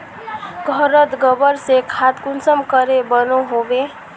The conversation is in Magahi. घोरोत गबर से खाद कुंसम के बनो होबे?